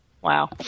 wow